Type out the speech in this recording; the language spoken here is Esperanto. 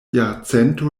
jarcento